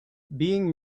being